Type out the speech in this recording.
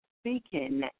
speaking